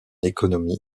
économie